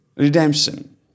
Redemption